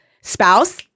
Spouse